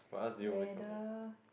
weather